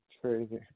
crazy